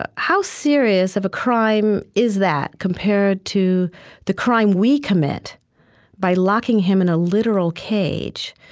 ah how serious of a crime is that compared to the crime we commit by locking him in a literal cage,